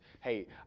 hey